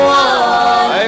one